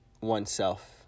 oneself